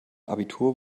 abitur